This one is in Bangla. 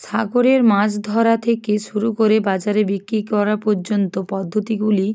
সাগরের মাছ ধরা থেকে শুরু করে বাজারে বিক্রি করা পর্যন্ত পদ্ধতিগুলি